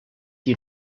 die